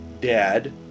dad